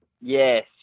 Yes